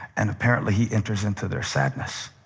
and apparently he enters into their sadness.